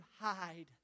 hide